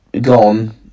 gone